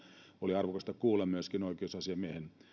oli arvokasta kuulla myöskin oikeusasiamiehen